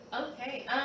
Okay